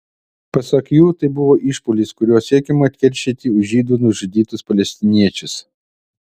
pasak jų tai buvo išpuolis kuriuo siekiama atkeršyti už žydų nužudytus palestiniečius